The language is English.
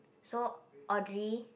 so Audrey